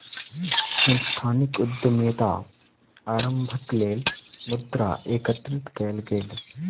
सांस्थानिक उद्यमिता आरम्भक लेल मुद्रा एकत्रित कएल गेल